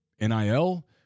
NIL